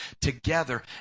together